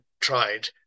tried